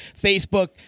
Facebook